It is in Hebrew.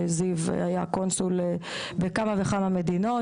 זיו היה קונסול בכמה וכמה מדינות,